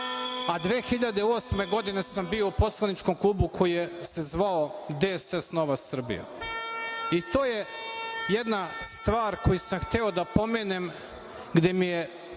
a 2008. godine sam bio u poslaničkom klubu koji se zvao DSS – Nova Srbija i to je jedna stvar koju sam hteo da pomenem, gde mi je